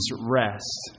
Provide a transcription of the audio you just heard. rest